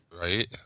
Right